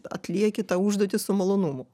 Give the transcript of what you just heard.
atlieki tą užduotį su malonumu taip